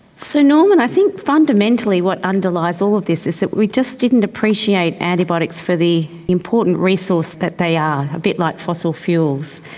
so norman, i think fundamentally what underlies all of this is that we just didn't appreciate antibiotics for the important resource that they are, a bit like fossil fuels.